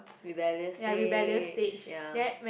rebellious stage ya